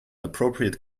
appropriate